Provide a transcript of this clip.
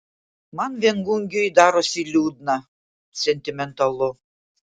man viengungiui darosi liūdna sentimentalu